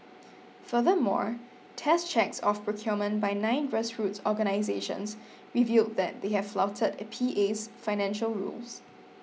furthermore test checks of procurement by nine grassroots organisations revealed that they have flouted PA's financial rules